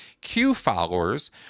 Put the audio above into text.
Q-followers